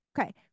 Okay